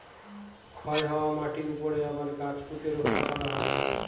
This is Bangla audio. ক্ষয় হওয়া মাটিরর উপরে আবার গাছ পুঁতে তাকে রক্ষা করা হয়